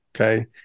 okay